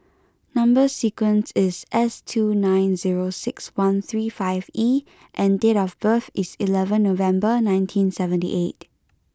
number sequence is S two nine zero six one three five E and date of birth is eleven November nineteen seventy eight